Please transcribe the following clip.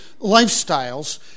lifestyles